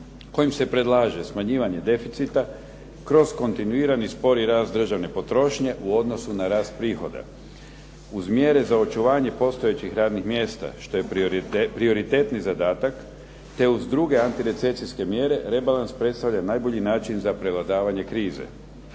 kojim se predlaže smanjivanje deficita kroz kontinuirani spori rast državne potrošnje u odnosu na rast prihoda uz mjere za očuvanje postojećih radnih mjesta, što je prioritetni zadatak te uz druge antirecesijske mjere rebalans predstavlja najbolji način za prevladavanje krize.